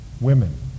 women